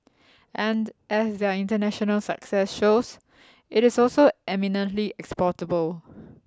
and as their international success shows it is also eminently exportable